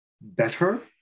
better